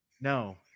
No